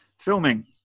Filming